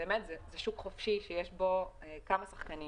מדובר בשוק חופשי שיש בו כמה שחקנים